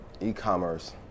e-commerce